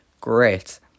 great